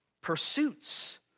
pursuits